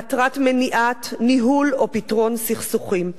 למטרת מניעה, ניהול או פתרון של סכסוכים.